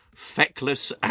feckless